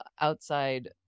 outside